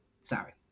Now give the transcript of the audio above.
sorry